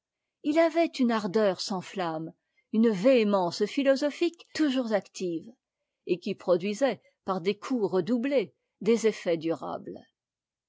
il avait une ardeur sans flamme une véhémence philosophique toujours active et qui produisait par des coups redoublés des effets durables